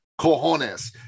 cojones